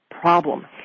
problem